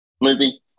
movie